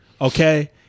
okay